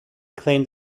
claimed